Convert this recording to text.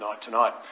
tonight